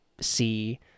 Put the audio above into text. see